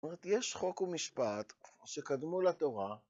זאת אומרת, יש חוק ומשפט שקדמו לתורה.